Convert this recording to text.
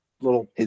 little